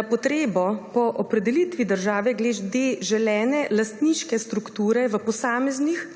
na potrebo po opredelitvi države glede želene lastniške strukture v posameznih